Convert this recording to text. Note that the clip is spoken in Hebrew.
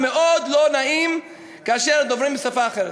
מאוד לא נעים כאשר דוברים בשפה אחרת,